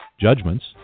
judgments